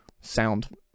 sound